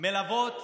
מלוות